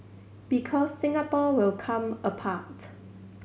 because Singapore will come apart